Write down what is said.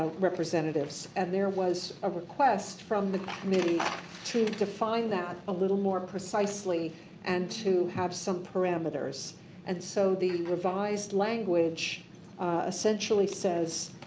ah representatives. and there was a request from the committee to define that a little more precisely and to have some parameters and so the revised language essentially says